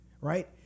right